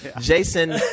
Jason